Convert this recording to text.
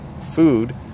food